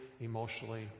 emotionally